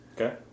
Okay